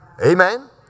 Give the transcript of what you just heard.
Amen